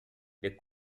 der